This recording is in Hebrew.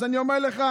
אז אני אומר לך,